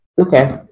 Okay